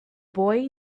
boy